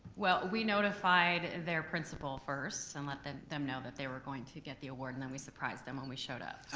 well we notified their principal first and let them know that they were going to get the award and then we surprised them when we showed up. ah,